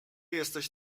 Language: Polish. jesteś